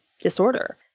disorder